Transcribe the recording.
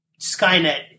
Skynet